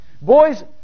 Boys